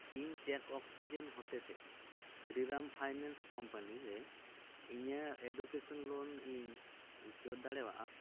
ᱤᱧ ᱪᱮᱫ ᱚᱠᱥᱤᱡᱮᱱ ᱦᱚᱛᱮᱛᱮ ᱥᱨᱤᱨᱟᱢ ᱯᱷᱤᱱᱮᱱᱥ ᱠᱳᱢᱯᱟᱱᱤ ᱨᱮ ᱤᱧᱟᱹᱜ ᱮᱰᱩᱠᱮᱥᱚᱱ ᱞᱳᱱ ᱤᱧ ᱩᱪᱟᱹᱲ ᱫᱟᱲᱮᱣᱟᱜᱼᱟ